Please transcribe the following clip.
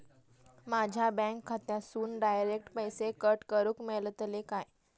माझ्या बँक खात्यासून डायरेक्ट पैसे कट करूक मेलतले काय?